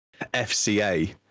FCA